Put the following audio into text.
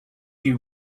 you